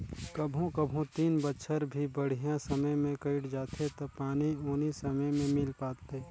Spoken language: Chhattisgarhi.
कभों कभों तीन बच्छर भी बड़िहा समय मे कइट जाथें त पानी उनी समे मे मिल पाथे